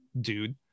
dude